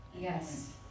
Yes